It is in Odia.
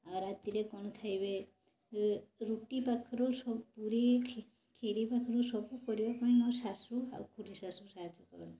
ଆଉ ରାତିରେ କ'ଣ ଖାଇବେ ରୁଟି ପାଖରୁ ପୁରୀ କ୍ଷିରି ପାଖରୁ ସବୁ କରିବା ପାଇଁ ମୋ ଶାଶୁ ଆଉ ଖୁଡ଼ି ଶାଶୁ ସାହାଯ୍ୟ କରନ୍ତି